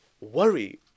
worry